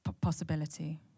Possibility